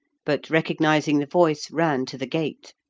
but recognising the voice, ran to the gate.